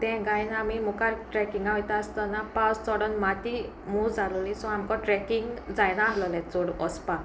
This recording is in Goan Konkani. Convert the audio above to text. तें घायन आमी मुखार ट्रेकिंगाक वयता आसतना पावस चोडोन माती मोव जालोली सो आमकां ट्रेकींग जायना आहलोलें चड वसपाक